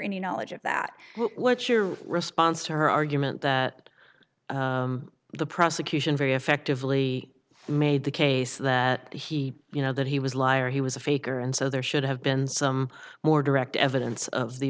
any knowledge of that what's your response to her argument the prosecution very effectively made the case that he you know that he was liar he was a faker and so there should have been some more direct evidence of the